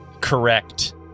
correct